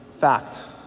fact